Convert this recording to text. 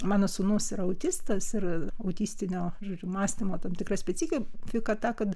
mano sūnus yra autistas ir autistinio žodžiu mąstymo tam tikra specifika ta kad